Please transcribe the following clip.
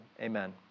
amen